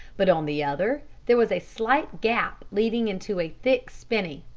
but on the other there was a slight gap leading into a thick spinney.